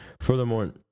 furthermore